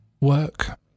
work